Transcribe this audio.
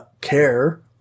care